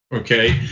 okay?